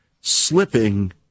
slipping